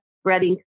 spreading